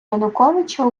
януковича